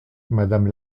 madame